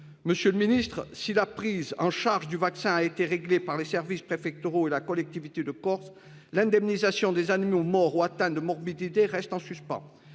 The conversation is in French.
et semé d’embûches. Si la prise en charge du vaccin a été réglée par les services préfectoraux et la collectivité de Corse, l’indemnisation des animaux morts ou atteints de morbidités reste en suspens.